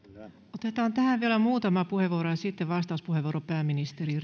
otetaan tähän vielä muutama puheenvuoro ja sitten vastauspuheenvuoro pääministeri